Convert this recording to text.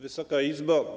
Wysoka Izbo!